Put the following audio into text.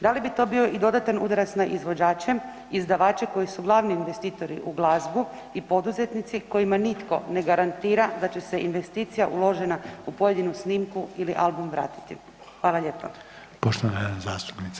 Da li bi to bio dodatan udarac na izvođače, izdavače koji su glavni investitori u glazbu i poduzetnici kojima nitko ne garantira da će se investicija uložena u pojedinu snimku ili album vratiti?